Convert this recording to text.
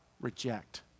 reject